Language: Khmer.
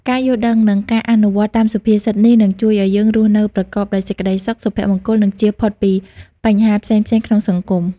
ការយល់ដឹងនិងការអនុវត្តតាមសុភាសិតនេះ នឹងជួយឱ្យយើងរស់នៅប្រកបដោយសេចក្តីសុខ សុភមង្គល និងចៀសផុតពីបញ្ហាផ្សេងៗក្នុងសង្គម។